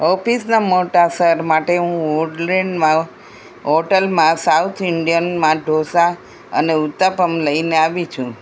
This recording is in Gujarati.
ઓફિસના મોટા સર માટે હું વુડલેન્ડમાં હોટલમાં સાઉથ ઇન્ડિયનમાં ઢોસા અને ઉત્તપમ લઈને આવી છું